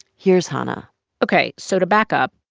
here's hanna ok. so to back up,